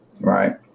Right